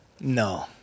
No